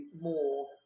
more